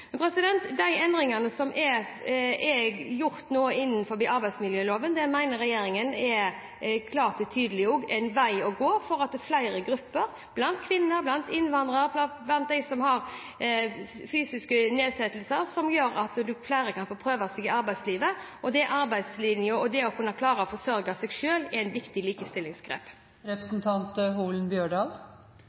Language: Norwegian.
De endringene i arbeidsmiljøloven som er gjort nå, mener regjeringen klart og tydelig er en vei å gå for at flere grupper, bl.a. kvinner, innvandrere og de som har fysiske nedsettelser, kan få prøve seg i arbeidslivet. Arbeidslinjen og det å klare å forsørge seg selv er et viktig